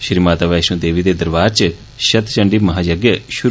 श्री माता वैश्णो देवी दे दरबार च षत चंडी महायज्ञ षुरू